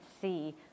see